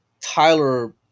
Tyler